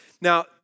Now